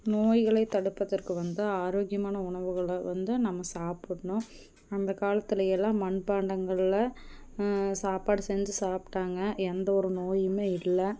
நோய்களை தடுப்பதற்கு வந்து ஆரோக்கியமான உணவுகளை வந்து நம்ம சாப்புடணும் அந்த காலத்தில் எல்லாம் மண்பாண்டங்கள்ல சாப்பாடு செஞ்சு சாப்பிட்டாங்க எந்த ஒரு நோயுமே இல்லை